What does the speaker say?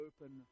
open